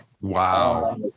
Wow